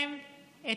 את